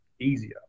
easier